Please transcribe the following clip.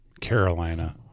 Carolina